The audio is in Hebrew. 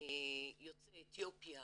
הייתה שיוצאי אתיופיה